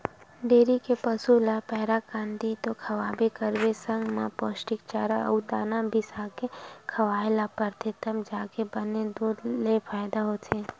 dairy के पसू ल पैरा, कांदी तो खवाबे करबे संग म पोस्टिक चारा अउ दाना बिसाके खवाए ल परथे तब जाके बने दूद ले फायदा होथे